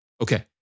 Okay